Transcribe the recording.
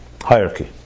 Hierarchy